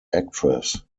actress